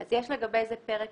אז יש לגבי זה פרק